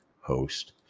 host